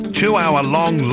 two-hour-long